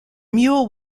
mule